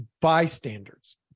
bystanders